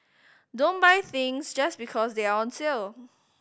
don't buy things just because they are on sale